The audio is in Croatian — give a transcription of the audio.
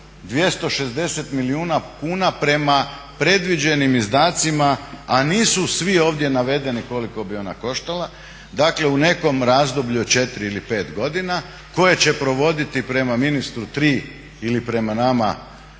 260 milijuna kuna prema predviđenim izdacima, a nisu svi ovdje navedeni koliko bi ona koštala, dakle u nekom razdoblju od 4 ili 5 godina koje će provoditi prema ministru tri ili prema nama